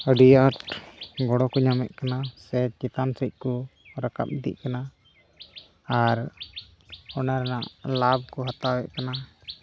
ᱟᱹᱰᱤ ᱟᱸᱴ ᱜᱚᱲᱚ ᱠᱚ ᱧᱟᱢᱮᱫ ᱠᱟᱱᱟ ᱥᱮ ᱪᱮᱛᱟᱱ ᱥᱮᱫ ᱠᱚ ᱨᱟᱠᱟᱵ ᱤᱫᱤᱜ ᱠᱟᱱᱟ ᱟᱨ ᱚᱱᱟ ᱨᱮᱱᱟᱜ ᱞᱟᱵᱷ ᱠᱚ ᱦᱟᱛᱟᱣᱮᱫ ᱠᱟᱱᱟ